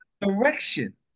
direction